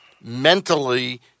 mentally